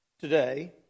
today